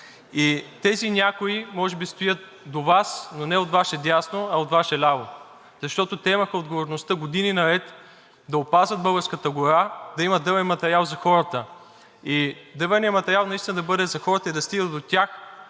Тези някои може би стоят до Вас, но не от Ваше дясно, а от Ваше ляво, защото те имаха отговорността години наред да опазват българската гора, да има дървен материал за хората и дървеният материал наистина да бъде за хората и да стига до тях